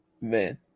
man